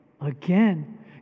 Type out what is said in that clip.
again